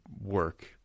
work